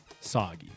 soggy